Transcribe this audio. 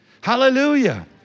Hallelujah